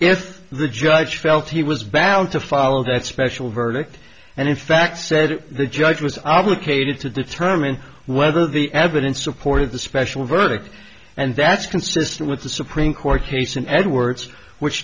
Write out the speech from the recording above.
if the judge felt he was valid to follow that special verdict and in fact said the judge was obligated to determine whether the evidence supported the special verdict and that's consistent with the supreme court case in edwards which